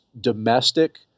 domestic